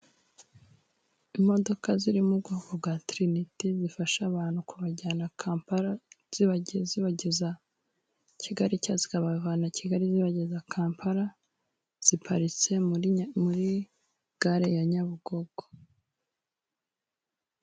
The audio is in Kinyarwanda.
Imodoka ziri mu bwoko bwa Tirinite zifasha abantu kubajyana Kampala zibageza, zibageza Kigali cyangwa zikabavana Kigali zibageza Kampala, ziparitse muri gare ya Nyabugogo.